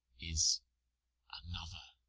is another